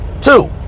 two